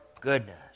goodness